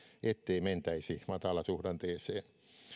ettei mentäisi matalasuhdanteeseen